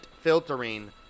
filtering